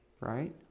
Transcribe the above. right